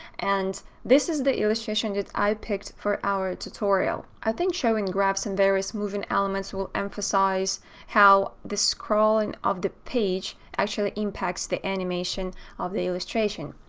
and this is the illustration that i picked for our tutorial. i think showing graphs and various moving elements will emphasize how the scrolling of the page actually impacts the animation of the illustration.